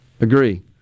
Agree